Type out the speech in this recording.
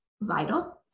vital